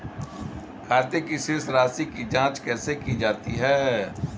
खाते की शेष राशी की जांच कैसे की जाती है?